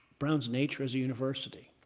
brown's nature as a university.